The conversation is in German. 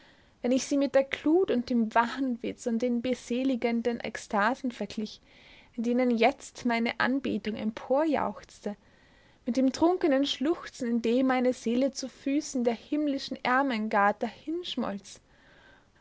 wenn ich sie mit der glut und dem wahnwitz und den beseligenden ekstasen verglich in denen jetzt meine anbetung emporjauchzte mit dem trunkenen schluchzen in dem meine seele zu füßen der himmlischen ermengard